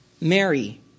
Mary